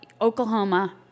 Oklahoma